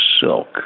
silk